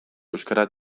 euskara